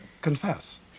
Confess